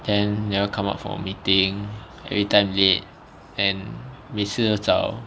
then never come out for meeting every time late and 每次都找